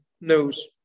knows